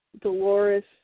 Dolores